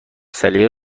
سلیقه